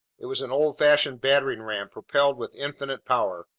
it was an old-fashioned battering ram propelled with infinite power.